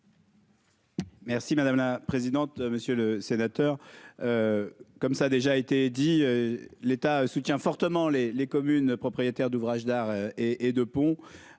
Merci madame la présidente, monsieur le sénateur comme ça déjà été dit l'État soutient fortement les, les communes propriétaires d'ouvrages d'art et et de ponts.